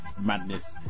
madness